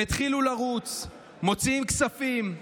הם התחילו לרוץ, מוציאים כספים,